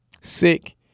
sick